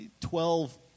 Twelve